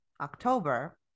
october